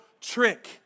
trick